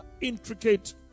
intricate